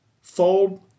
fold